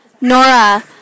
Nora